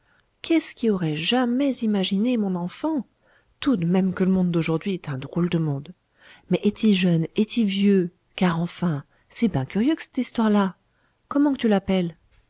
qu'est-ce qui aurait jamais imaginé mon enfant tout d'même que l'monde d'aujourd'hui est un drôle de monde mais est y jeune est y vieux car enfin c'est ben curieux que cthistoère là comment qu'tu l'appelles